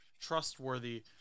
trustworthy